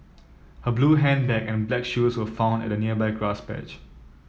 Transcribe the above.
her blue handbag and black shoes were found at a nearby grass patch